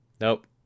Nope